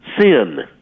Sin